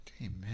Amen